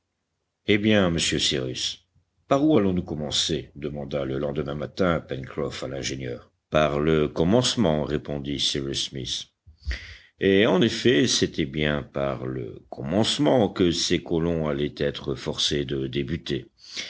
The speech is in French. eh bien monsieur cyrus par où allons-nous commencer demanda le lendemain matin pencroff à l'ingénieur par le commencement répondit cyrus smith et en effet c'était bien par le commencement que ces colons allaient être forcés de débuter